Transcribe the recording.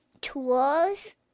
tools